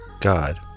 God